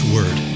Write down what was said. Word